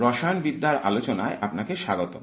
রসায়ন বিদ্যার আলোচনায় আপনাকে স্বাগতম